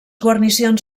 guarnicions